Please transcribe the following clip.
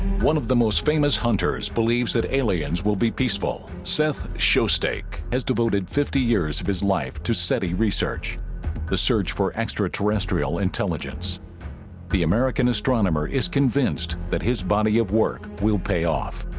one of the most famous hunters believes that aliens will be peaceful seth shostak has devoted fifty years of his life to seti research the search for extraterrestrial intelligence the american astronomer is convinced that his body of work will pay off